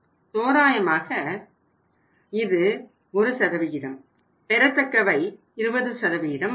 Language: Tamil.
தோராயமாக இது 1 பெறத்தக்கவை 20 ஆகும்